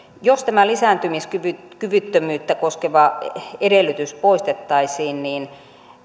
jos tämä lisääntymiskyvyttömyyttä koskeva edellytys poistettaisiin niin